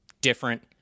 different